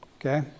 Okay